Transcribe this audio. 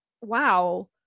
wow